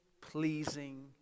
pleasing